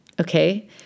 Okay